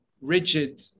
rigid